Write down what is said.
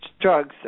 drugs